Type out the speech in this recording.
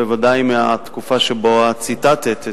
בוודאי מבתקופה של הדוח שציטטת,